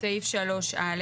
סעיף "(3א)